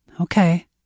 Okay